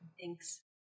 Thanks